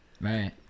right